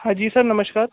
हाँ जी सर नमस्कार